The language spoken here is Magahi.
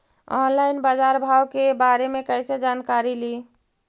ऑनलाइन बाजार भाव के बारे मे कैसे जानकारी ली?